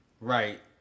Right